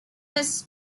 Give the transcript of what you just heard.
his